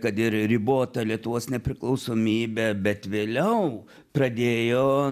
kad ir ribotą lietuvos nepriklausomybę bet vėliau pradėjo